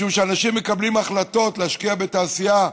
משום שאנשים מקבלים החלטות להשקיע בתעשייה,